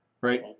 Right